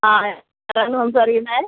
ആ ആരാണ് സംസാരിക്കുന്നത്